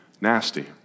nasty